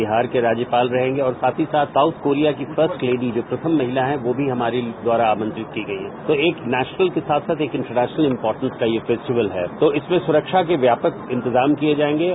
बिहार के राज्यपाल रहेंगे और साथ ही साथ साउथ कोरिया फ्रर्स्ट लेडी जो प्रथम महिला है वह भी हमारे द्वारा आमंत्रित की गई हैं तो एक नेशनल के साथ साथ एक इन्टरनेशनल इन्पोर्टेन्ट फेस्टिवेल है तो इसकी सुरक्षा के व्यापक इन्तजाम किये गये हैं